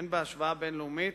הן בהשוואה בין-לאומית